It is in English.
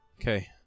Okay